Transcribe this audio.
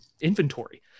inventory